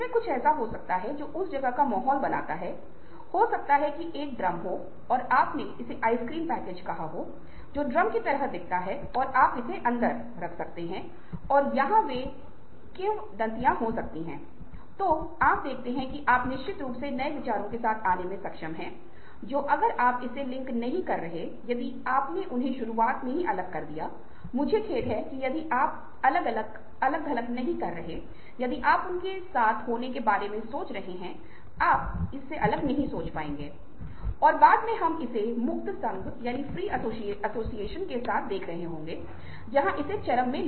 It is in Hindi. इसलिए ऐसा नहीं है कि किसी प्रकार का टकराव नहीं होना चाहिए बल्कि हमें अपनी संस्कृति के प्रति सम्मान होना चाहिए और अपनी गरिमा बनाए रखते हुए हमें दूसरों की संस्कृति और धर्म को भी समान सम्मान देना चाहिए और फिर इन बातों को ध्यान में रखना चाहिए यदि आप शायद बातचीत कर रहे हैं हम दूसरों की तुलना में बेहतर स्थिति में होंगे और कई बार आप जानते हैं कि बातचीत की मेज में जब हम बैठे हैं या अन्य पार्टी के साथ बात कर रहे हैं तो हम हल करने में सक्षम नहीं हैं